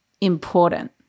important